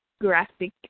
graphic